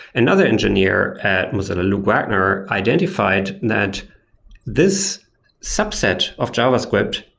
another engineer at mozilla, luke wagner, identified that this subset of javascript,